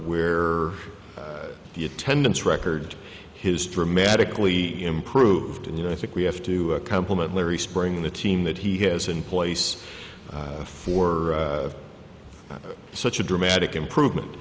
where the tendencies record has dramatically improved and you know i think we have to complement larry spring the team that he has in place for such a dramatic improvement